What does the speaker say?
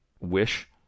wish